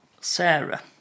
Sarah